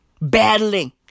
battling